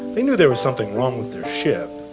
they knew there was something wrong with their ship.